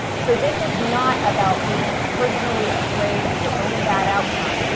so this is not about being personally afraid of your own bad outcome.